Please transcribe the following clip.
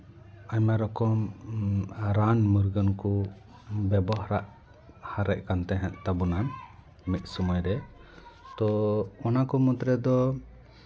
ᱟᱭᱢᱟ ᱨᱚᱠᱚᱢ ᱨᱟᱱ ᱢᱩᱨᱜᱟᱹᱱ ᱠᱚ ᱵᱮᱵᱚᱦᱟᱨ ᱦᱟᱨᱮᱜ ᱠᱟᱱ ᱛᱟᱵᱚᱱᱟ ᱢᱤᱫ ᱥᱚᱢᱚᱭ ᱨᱮ ᱛᱚ ᱚᱱᱟ ᱠᱚ ᱢᱩᱫᱽᱨᱮ ᱫᱚ